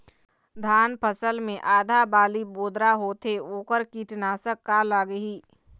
धान फसल मे आधा बाली बोदरा होथे वोकर कीटनाशक का लागिही?